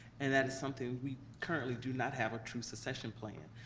and that is something we currently do not have, a true succession plan.